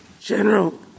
General